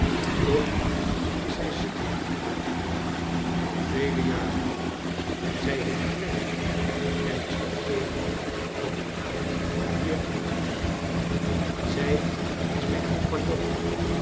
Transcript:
toch is zij ziekelijk nietwaar a vele jaren zij heet clennam en is de eenige van dien naam hier in huis zij is mijn compagnon